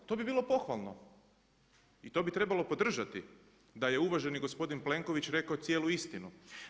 To bi bilo pohvalno i to bi trebalo podržati da je uvaženi gospodin Plenković rekao cijelu istinu.